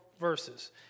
verses